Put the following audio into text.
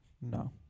No